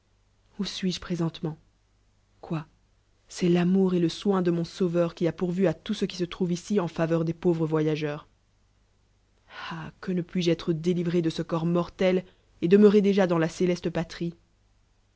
où sais-je ptéeentemenû quoi c'esr ilamour et le soin de mon sauveur qui a pourvu l tout ce qui se trouve ici en favenr des pauvres voyageurs ah que ne puis-je ètm délivré de ce corps mortel et demeurer déjll dans la ce'leste patrie